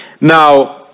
Now